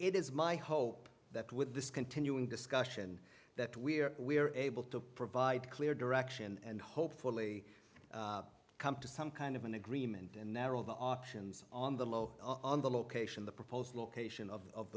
it is my hope that with this continuing discussion that we are we are able to provide clear direction and hopefully come to some kind of an agreement and narrow the options on the low on the location the proposed location of